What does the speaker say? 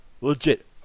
legit